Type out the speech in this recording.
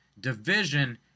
division